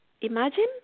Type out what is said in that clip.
Imagine